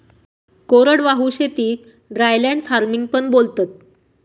कोरडवाहू शेतीक dryland farming पण बोलतात